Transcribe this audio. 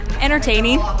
entertaining